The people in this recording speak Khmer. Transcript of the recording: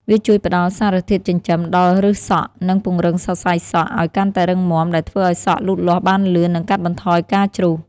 វាជួយផ្ដល់ សារធាតុចិញ្ចឹម ដល់ឫសសក់ និង ពង្រឹងសរសៃសក់ ឱ្យកាន់តែរឹងមាំ ដែលធ្វើឱ្យសក់លូតលាស់បានលឿន និងកាត់បន្ថយការជ្រុះ។